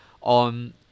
on